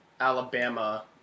Alabama